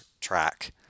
track